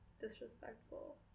disrespectful